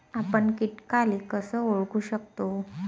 आपन कीटकाले कस ओळखू शकतो?